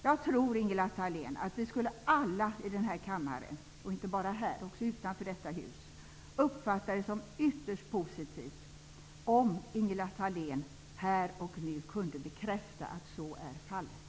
Jag tror, Ingela Thalén, att vi alla i denna kammare -- inte bara här, utan också utanför detta hus -- skulle uppfatta det som ytterst positivt om Ingela Thalén här och nu kunde bekräfta att så är fallet.